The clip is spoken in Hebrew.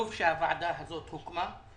טוב שהוועדה הזאת הוקמה.